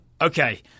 Okay